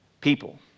people